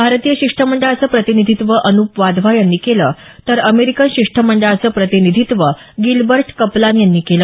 भारतीय शिष्टमंडळाचं प्रतिनिधीत्व अन्प वाधवा यांनी केलं तर अमेरिकन शिष्टमंडळाचं प्रतिनिधीत्व गिलबर्ट कपलान यांनी केलं